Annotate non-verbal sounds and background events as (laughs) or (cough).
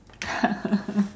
(laughs)